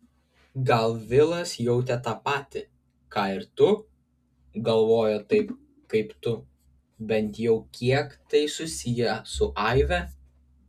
gal vilas jautė tą patį ką ir tu galvojo taip kaip tu bent jau kiek tai susiję su aive